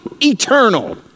eternal